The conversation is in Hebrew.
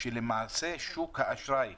שלמעשה שוק האשראי